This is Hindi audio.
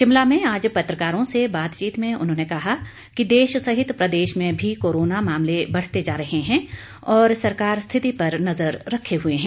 शिमला में आज पत्रकारों से बातचीत में उन्होंने कहा कि देश सहित प्रदेश में भी कोरोना मामले बढ़ते जा रहे हैं और सरकार स्थिति पर नजर रखे हुए है